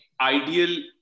Ideal